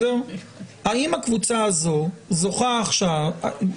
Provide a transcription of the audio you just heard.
האם הקבוצה הזו זוכה עכשיו ---?